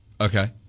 Okay